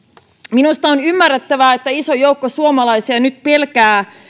minusta on ymmärrettävää että iso joukko suomalaisia nyt pelkää